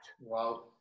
Wow